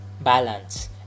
balance